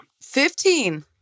Fifteen